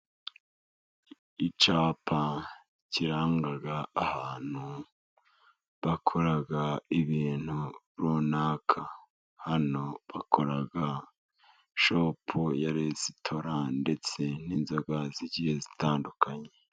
Icyapa kiranga ahantu bakora ibintu runaka hano bakora shopo ya resitora, ndetse ninzoga zigiye zitandukanye.